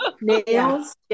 nails